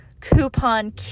Coupon